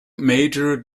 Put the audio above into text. major